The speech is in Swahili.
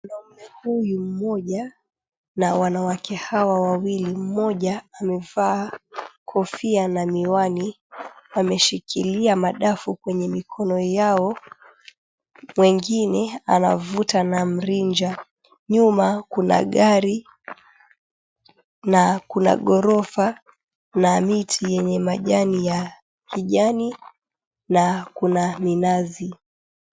Mwanaume huyu mmoja na wanawake hawa wawili, mmoja amevaa kofia na miwani, wameshikilia madafu kwenye mikono yao, mwingine anavuta na mrija. Nyuma kuna gari na kuna ghorofa na miti yenye majani ya kijani na kuna minazi.